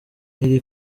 iri